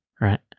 right